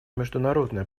международная